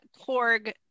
Korg